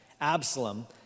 Absalom